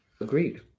agreed